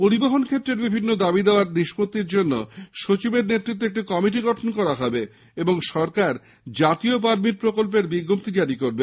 পরিবহন ক্ষেত্রের বিভিন্ন দাবী দাওয়ার নিস্পত্তির জন্য সচিবের নেতৃত্বে একটি কমিটি গঠন করা হবে এবং সরকার জাতীয় পারমিট প্রকল্প বিজ্ঞপ্তি জারি করবে